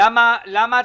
יש נוהל.